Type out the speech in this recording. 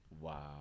Wow